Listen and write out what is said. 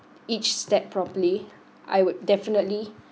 each step properly I would definitely